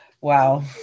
Wow